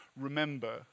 remember